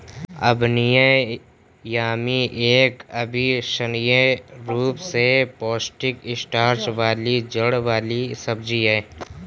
बैंगनी यामी एक अविश्वसनीय रूप से पौष्टिक स्टार्च वाली जड़ वाली सब्जी है